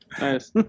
Nice